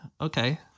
Okay